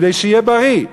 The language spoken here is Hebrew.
כדי שיהיה בריא.